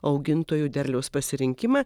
augintojų derliaus pasirinkimą